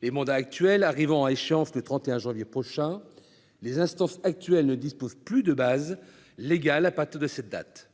Les mandats actuels arrivant à échéance le 31 janvier prochain, les instances actuelles ne disposent plus de base légale à partir de cette date.